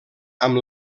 amb